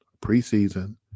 pre-season